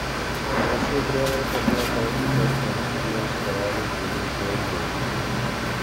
panaši prievarta buvo taikyta ir prancūzijos karaliui pilypui augustui